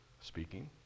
speaking